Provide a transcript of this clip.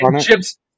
Chip's